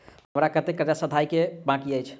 हमरा कतेक कर्जा सधाबई केँ आ बाकी अछि?